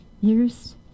Years